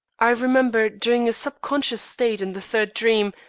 i remember, during a sub-conscious state in the third dream,